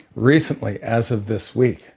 recently as of this week,